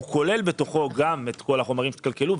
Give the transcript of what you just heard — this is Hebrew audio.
הוא כולל בתוכו גם את כל החומרים שהתקלקלו,